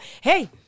Hey